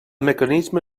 mecanisme